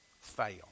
fail